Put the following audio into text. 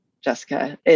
Jessica